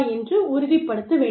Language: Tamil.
என்று உறுதிப்படுத்த வேண்டும்